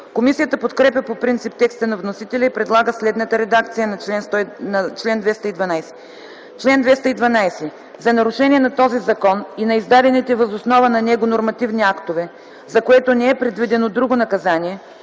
Комисията подкрепя по принцип текста на вносителя и предлага следната редакция на § 17: